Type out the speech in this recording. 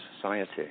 society